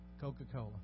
Coca-Cola